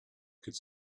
could